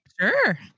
Sure